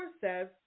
says